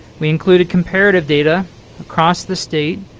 we included comparative data across the state,